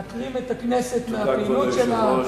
מעקרים את הכנסת מהפעילות שלה.